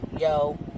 yo